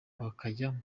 bakajya